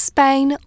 Spain